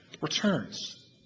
returns